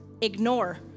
ignore